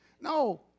No